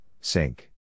sink